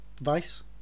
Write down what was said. Vice